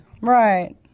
Right